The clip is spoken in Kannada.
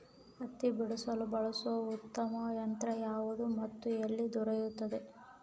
ಹತ್ತಿ ಬಿಡಿಸಲು ಬಳಸುವ ಉತ್ತಮ ಯಂತ್ರ ಯಾವುದು ಮತ್ತು ಎಲ್ಲಿ ದೊರೆಯುತ್ತದೆ?